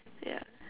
yeah